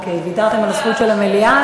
ויתרתם על הזכות של המליאה?